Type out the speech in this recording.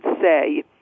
say